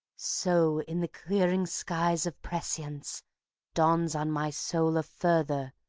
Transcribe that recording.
so in the clearing skies of prescience dawns on my soul a further,